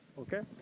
okay?